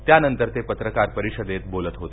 त्यानंतर ते पत्रकार परिषदेत बोलत होते